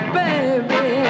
baby